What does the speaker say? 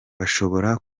bashobora